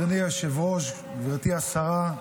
אדוני היושב-ראש, גברתי השרה,